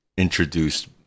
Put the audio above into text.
introduced